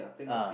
uh